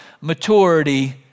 maturity